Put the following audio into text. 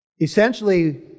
essentially